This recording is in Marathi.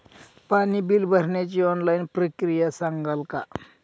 पाणी बिल भरण्याची ऑनलाईन प्रक्रिया सांगाल का?